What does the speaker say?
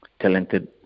talented